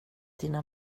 dina